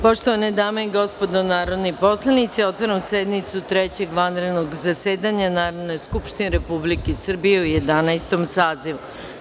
Poštovane dame i gospodo narodni poslanici, otvaram sednicu Trećeg vanrednog zasedanja Narodne skupštine Republike Srbije u Jedanaestom sazivu.